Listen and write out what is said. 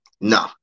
no